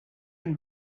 and